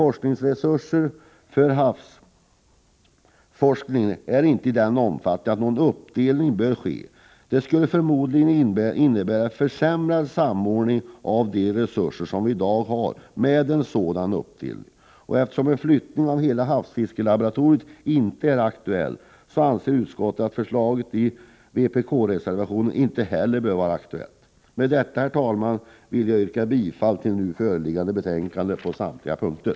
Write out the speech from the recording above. Forskningsresurser för havsforskningen är inte av den omfattningen att någon uppdelning bör ske. En sådan uppdelning skulle förmodligen innebära en försämrad samordning av de resurser som vi i dag har. Eftersom en flyttning av hela havsfiskelaboratoriet inte är aktuell anser utskottet att förslaget i vpk-reservationen inte heller bör vara aktuellt. Med detta, herr talman, vill jag yrka bifall till hemställan i nu föreliggande betänkande på samtliga punkter.